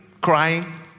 crying